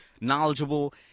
knowledgeable